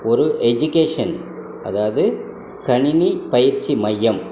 ஒரு எஜுகேஷன் அதாவது கணினி பயிற்சி மையம்